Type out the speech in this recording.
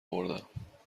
آوردم